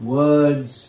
words